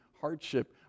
hardship